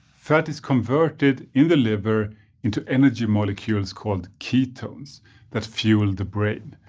fat is converted in the liver into energy molecules called ketones that fuel the brain.